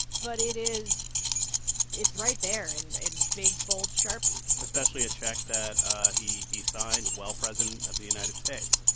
but it is it's right there and in big, bold sharpie especially a check that he he signed while president of the united states.